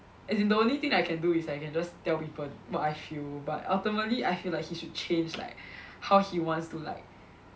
as in the only thing I can do is I can just tell people what I feel but ultimately I feel like he should change like how he wants to like